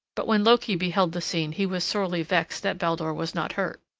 but when loki beheld the scene he was sorely vexed that baldur was not hurt.